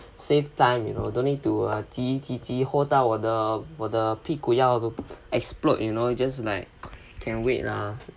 save time you know don't need to uh 急急 hold 到我的我的屁股要 explode you know you just like cannot wait lah